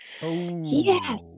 Yes